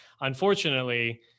unfortunately